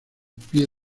pie